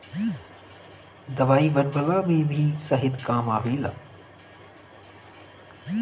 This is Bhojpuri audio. दवाई बनवला में भी शहद काम आवेला